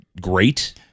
great